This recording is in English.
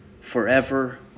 forever